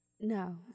no